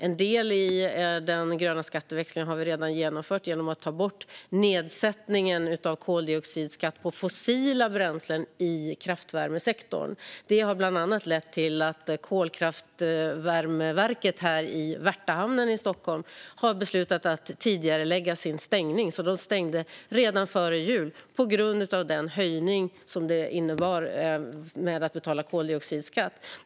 En del av den gröna skatteväxlingen har vi redan genomfört genom att ta bort nedsättningen av koldioxidskatt på fossila bränslen i kraftvärmesektorn. Det har bland annat lett till att kolkraftvärmeverket i Värtahamnen i Stockholm har beslutat att tidigarelägga sin stängning - det stängde redan före jul - på grund av de höjda kostnader det innebar att betala koldioxidskatt.